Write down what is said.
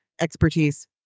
expertise